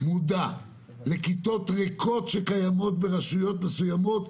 מודע לכיתות ריקות שקיימות ברשויות מסוימות,